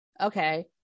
Okay